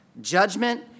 judgment